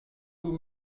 vous